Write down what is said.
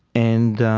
and